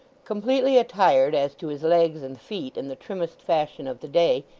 completely attired as to his legs and feet in the trimmest fashion of the day,